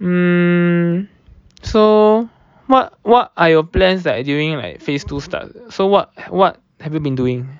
mm so what what are your plans like during like phase two start so what what have you been doing